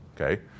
okay